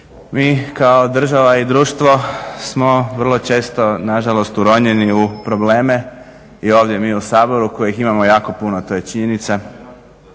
Mi kao država i društvo smo vrlo često nažalost uronjeni u probleme i ovdje mi u Saboru kojih imamo jako puno, to je činjenica